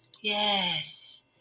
Yes